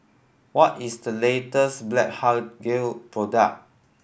what is the latest Blephagel product